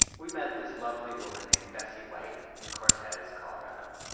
we met this lovely woman named bessy white in cortez, colorado.